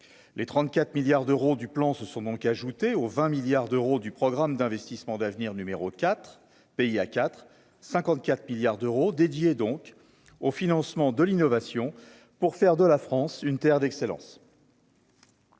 les 34 milliards d'euros du plan se sont donc ajoutés aux 20 milliards d'euros du programme d'investissements d'avenir, numéro 4 pays à 4 54 milliards d'euros, dédié donc au financement de l'innovation pour faire de la France, une terre d'excellence.